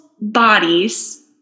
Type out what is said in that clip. bodies